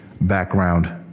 background